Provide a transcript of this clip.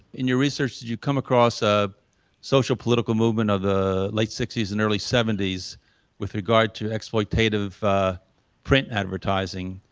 in your research, did you come across a social political movement of the late sixty s and early seventy s with regard to exploitative print advertising,